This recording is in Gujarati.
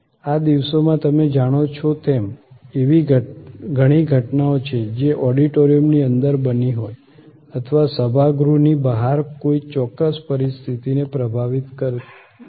આ દિવસોમાં તમે જાણો છો તેમ એવી ઘણી ઘટનાઓ છે જે ઓડિટોરિયમની અંદર બની હોય અથવા સભાગૃહની બહાર કોઈ ચોક્કસ પરિસ્થિતિને પ્રભાવિત કરી હોય